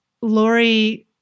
Lori